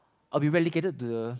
I'll be relegated to the